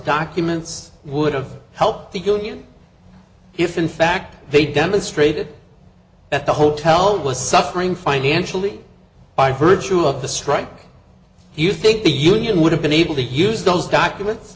documents would have helped the union if in fact they demonstrated that the hotel was suffering financially by virtue of the strike do you think the union would have been able to use those documents